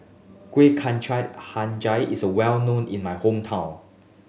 Kuih Kacang Hijau is well known in my hometown